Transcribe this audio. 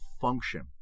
function